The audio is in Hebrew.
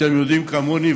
אתם יודעים כמוני,